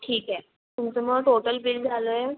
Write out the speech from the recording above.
ठीक आहे तुमचं मग टोटल बिल झालं आहे